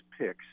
picks